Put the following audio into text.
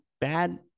bad